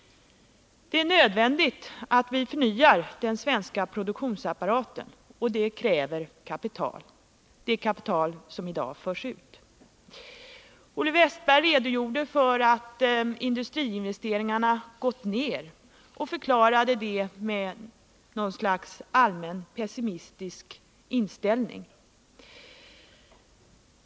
Det är nödvändigt att förnya den svenska produktionsapparaten, och det kräver kapital, det kapital som i dag förs ut. Olle Wästberg redogjorde för hur industriinvesteringarna hade gått ned och menade att orsaken till det var en allmänt pessimistisk inställning.